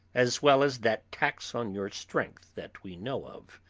as well as that tax on your strength that we know of.